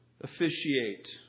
officiate